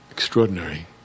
extraordinary